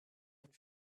and